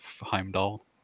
Heimdall